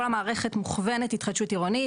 כל המערכת מוכוונת התחדשות עירונית.